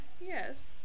Yes